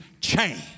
change